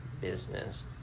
business